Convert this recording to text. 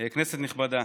כנסת נכבדה,